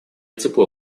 тепло